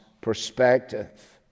perspective